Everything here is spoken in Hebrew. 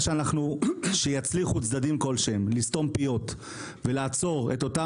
ברגע שיצליחו צדדים כלשהם לסתום פיות ולעצור את אותם